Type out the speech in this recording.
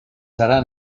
serà